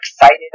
excited